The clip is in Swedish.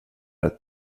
ett